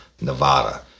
Nevada